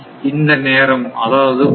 இந்த நேரம் அதாவது 12